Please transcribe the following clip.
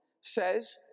says